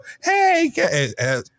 hey